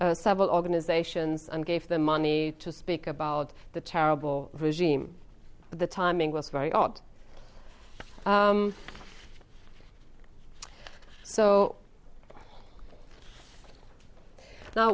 funded several organizations and gave them money to speak about the terrible regime the timing was very odd so now